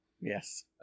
Yes